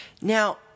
Now